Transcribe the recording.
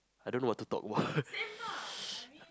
I don't know what to talk about